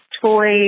toys